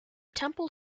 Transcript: temple